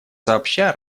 сообща